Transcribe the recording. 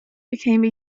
became